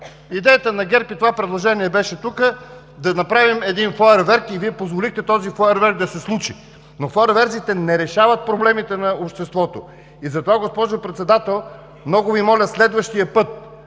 Идеята на ГЕРБ и това предложение беше тук, за да направим един фойерверк, и Вие позволихте този фойерверк да се случи, но фойерверките не решават проблемите на обществото и затова, госпожо Председател, много Ви моля следващия път,